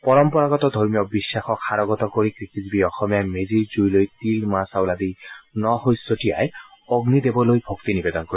পৰম্পৰাগত ধৰ্মীয় বিখাসক সাৰোগত কৰি কৃষিজীৱি অসমীয়াই মেজিৰ জুই লৈ তিল মাহ চাউল আদি ন শইচ চতিয়াই অগ্নিদেৱলৈ ভক্তি নিবেদন কৰিব